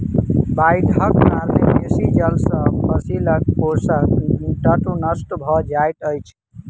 बाइढ़क कारणेँ बेसी जल सॅ फसीलक पोषक तत्व नष्ट भअ जाइत अछि